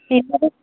ఇప్పుడు